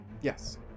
Yes